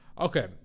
Okay